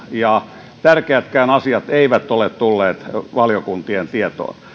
ja tärkeätkään asiat eivät ole tulleet valiokuntien tietoon